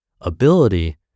ability